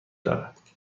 دارد